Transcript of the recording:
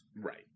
Right